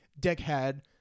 dickhead